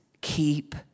keep